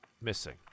missing